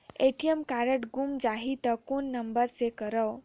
ATM card गुम जाही त कौन नम्बर मे करव?